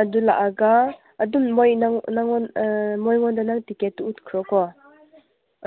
ꯑꯗꯨ ꯂꯥꯛꯑꯒ ꯑꯗꯨ ꯃꯣꯏꯉꯣꯟꯗ ꯅꯪ ꯇꯤꯛꯀꯦꯠꯇꯨ ꯎꯠꯈ꯭ꯔꯣꯀꯣ